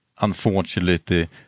unfortunately